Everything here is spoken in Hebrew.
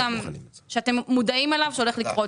הבקשה הזאת של אלפרד אקירוב לרכישת מניות